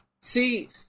see